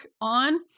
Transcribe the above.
on